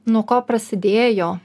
nuo ko prasidėjo